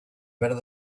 better